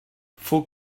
faut